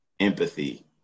empathy